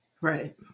Right